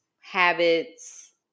habits